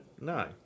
No